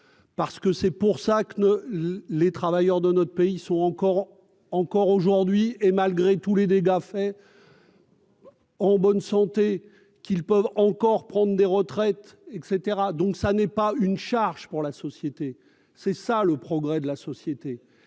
parce que c'est pour ça que ne les travailleurs de notre pays sont encore, encore aujourd'hui, et malgré tout, les dégâts faits. En bonne santé qu'ils peuvent encore prendre des retraites, et cetera, donc ça n'est pas une charge pour la société, c'est ça le progrès de la société